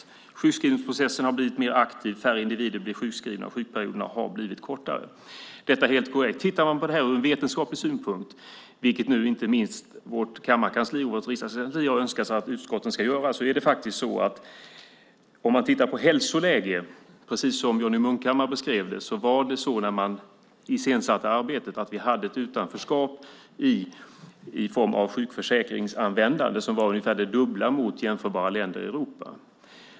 Sjukskrivningsprocessen har blivit mer aktiv. Färre individer blir sjukskrivna, och sjukperioderna har blivit kortare. Detta är helt korrekt. Man kan titta på det här ur en vetenskaplig synpunkt, vilket inte minst vårt kammarkansli önskar att utskotten ska göra. Man kan titta på hälsoläget. Precis som Johnny Munkhammar beskrev hade vi, när man iscensatte arbetet, ett utanförskap i form av sjukförsäkringsanvändande som var ungefär det dubbla i förhållande till jämförbara länder i Europa.